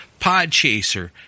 Podchaser